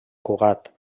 cugat